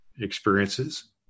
experiences